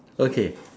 okay